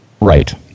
Right